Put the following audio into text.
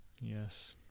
Yes